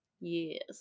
Yes